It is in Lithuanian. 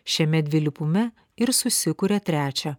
šiame dvilypume ir susikuria trečia